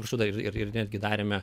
visada ir ir netgi darėme